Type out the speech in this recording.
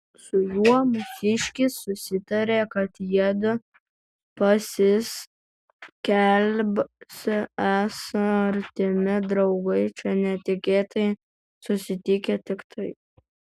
su juo mūsiškis susitarė kad jiedu pasiskelbsią esą artimi draugai čia netikėtai susitikę tiktai